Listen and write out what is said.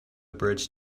bridge